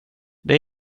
det